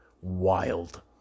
Wild